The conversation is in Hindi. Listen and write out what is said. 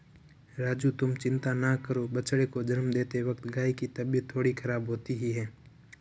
राजू तुम चिंता ना करो बछड़े को जन्म देते वक्त गाय की तबीयत थोड़ी खराब होती ही है